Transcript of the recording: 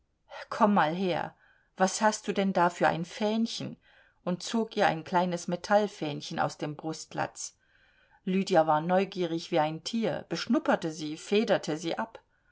komm mal her was hast du denn da für ein fähnchen und zog ihr ein kleines metallfähnchen aus dem brustlatz lydia war neugierig wie ein tier beschnupperte sie federte sie ab